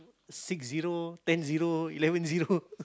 six zero ten zero eleven zero